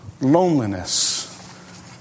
loneliness